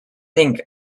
think